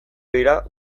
dira